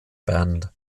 band